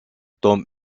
tom